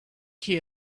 key